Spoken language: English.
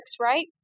right